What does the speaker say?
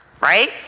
right